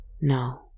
No